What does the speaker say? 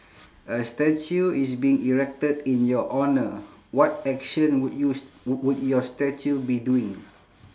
a statue is being erected in your honour what action would you s~ w~ would your statue be doing